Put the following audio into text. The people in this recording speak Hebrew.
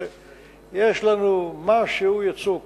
יש לנו משהו יצוק